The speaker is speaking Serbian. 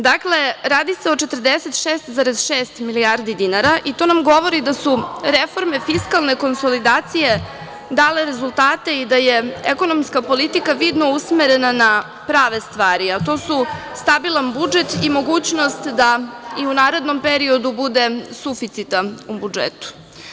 Dakle, radi se 46,6 milijardi dinara, i to nam govori da su reforme fiskalne konsolidacije dale rezultate i da je ekonomska politika vidno usmerena na prave stvari, a to su stabilan budžet i mogućnost da i u narednom periodu bude suficita u budžetu.